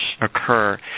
occur